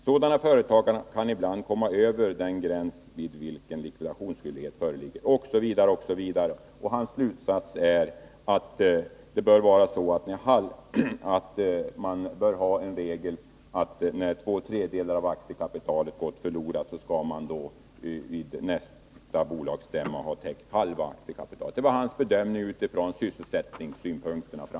Sådana företag kan ibland komma över den gräns vid vilken likvidationsskyldighet föreligger.” Carl Lidboms slutsats är att det bör finnas en regel om att man, när två tredjedelar av aktiekapitalet har gått förlorat, kan undgå likvidationsskyldighet om det egna kapitalet vid nästa ordinarie bolagsstämma uppgår till halva aktiekapitalet. Det var hans bedömning med utgångspunkt framför allt i sysselsättningssynpunkterna.